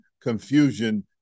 confusion